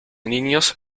niños